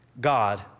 God